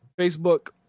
Facebook